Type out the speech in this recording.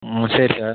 ம் சரி சார்